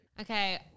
Okay